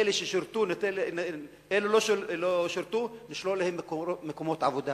אלה שלא שירתו, נשלול להם מקומות עבודה